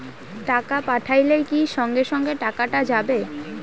টাকা পাঠাইলে কি সঙ্গে সঙ্গে টাকাটা যাবে?